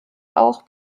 auch